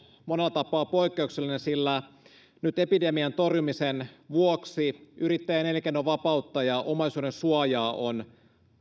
monella tapaa poikkeuksellinen sillä nyt epidemian torjumisen vuoksi yrittäjän elinkeinovapautta ja omaisuudensuojaa on